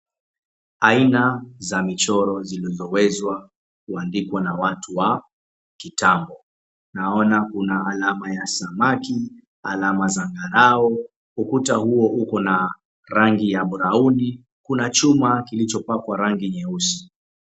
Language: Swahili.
Aina za michoro zilizowezwa kuandikwa na watu wa kitambo. Naona kuna alama ya samaki, alama za ngarau. Ukuta huo ukona rangi ya brauni. Kuna chuma kilicho pakwa rangi nyeusi.